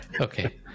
Okay